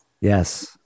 Yes